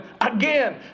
again